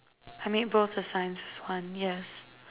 I make both the signs is one yes